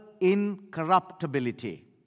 incorruptibility